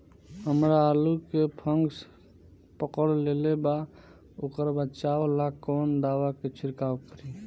हमरा आलू में फंगस पकड़ लेले बा वोकरा बचाव ला कवन दावा के छिरकाव करी?